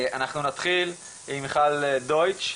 אנחנו נתחיל עם מיכל דויטש,